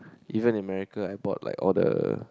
even in America I bought like all the